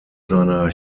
seiner